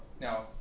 now